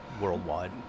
worldwide